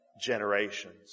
generations